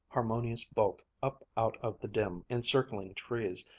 harmonious bulk up out of the dim, encircling trees,